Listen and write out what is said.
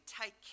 take